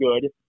good